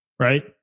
Right